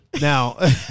Now